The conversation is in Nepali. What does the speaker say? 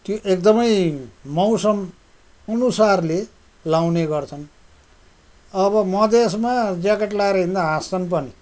त्यो एकदमै मौसम अनुसारले लाउँने गर्छन् अब मधेशमा ज्याकेट लाएर हिँड्दा हाँस्छन् पनि